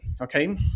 Okay